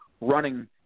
running